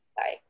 Sorry